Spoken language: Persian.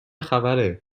خبره